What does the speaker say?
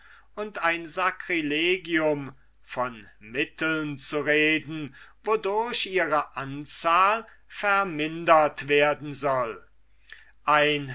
und ein sacrilegium von mitteln zu reden wodurch ihre anzahl vermindert werden soll ein